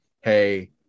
hey